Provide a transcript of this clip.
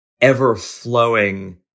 ever-flowing